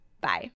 Bye